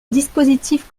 dispositif